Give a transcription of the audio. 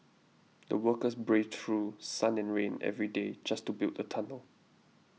the workers braved through sun and rain every day just to build the tunnel